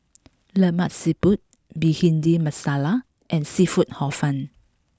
Lemak Siput Bhindi Masala and seafood Hor Fun